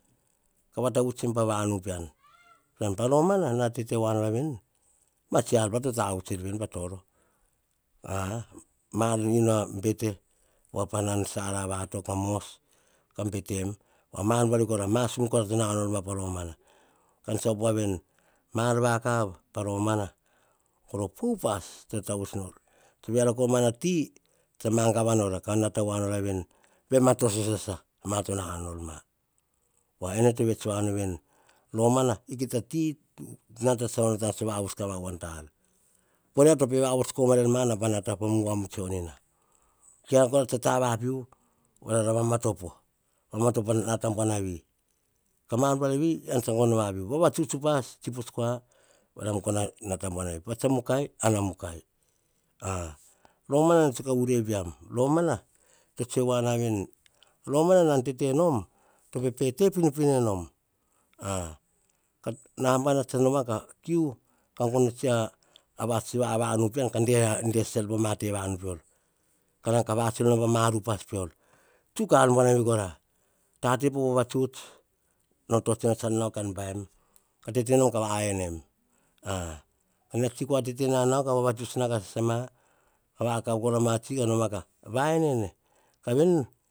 Ka va tavuts tsem pa vanu pean. En pa romana, nara tete voa nora veni, ma tsi ar pa to tavuts er pa toro. A maar ina bete, voa panan sara vato pa mos, kam betem, a maar vari gora a ma sum kora to nanao nor ma pa romana. Tsa op voa veni, ma ar vakav, pa romana voro pe upas, te tavuts nor. Beara komana na ti, tsa magava nora, ka nata voa nora veni. Baim toso sasa ma ar to nanao nor ma. Pova, ene to vets voa nu veni. Romana kita ti nata tsa onoto na vavuts kama voa ta ar. Po roa to pe vavots koma rair ma, naba. Nata po ubam tsionina. Keara kora tsa ta vapiuvu, varara vamamatopo, vamatopo a nata buanavi ka ma ar buar veri, ean tsa gono va piuvu. Vavatuts upas, tsi put kua, kan tsino gono nata buanavi. Pa tso mukai, ean va mukai. Romana nene tsoe ka vurei pean, romana to tsoe voa navi, romana nan tete nom, pe te pinopino enom. Ai ka nabana tsa noma ka kiu, ka gono tsi a vats vavanu pean. Ka de sasarai pa ma te vanu peor. Tsuk a er pa ma ar upas peor. Tsuk a ar buanavi kora. Tate po vavatuts, nor tsotsoe nor ka baim, ka tete nom ka va en em. A, mia tsi ma kua vavatut nao, ka sasa ma, vakav kora ma tsi, ka noma ka va en ene. Ka veni.